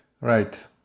right